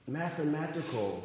mathematical